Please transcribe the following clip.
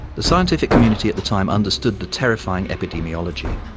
the scientific community at the time understood the terrifying epidemiology.